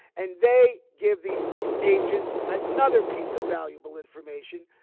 and they give the agents another piece of valuable information,